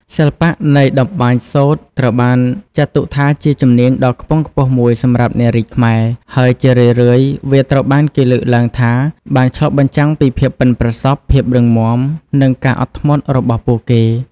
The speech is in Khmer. សិល្បៈនៃការតម្បាញសូត្រត្រូវបានចាត់ទុកថាជាជំនាញដ៏ខ្ពង់ខ្ពស់មួយសម្រាប់នារីខ្មែរ ហើយជារឿយៗវាត្រូវបានគេលើកឡើងថាបានឆ្លុះបញ្ចាំងពីភាពប៉ិនប្រសប់ ភាពរឹងមាំ និងការអត់ធ្មត់របស់ពួកគេ។